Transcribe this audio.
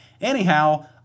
Anyhow